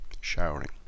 showering